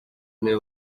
niwe